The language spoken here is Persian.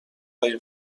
هایی